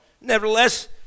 Nevertheless